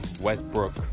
Westbrook